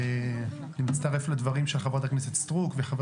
אני מצטרף לדברים של חברת הכנסת סטרוק וחבר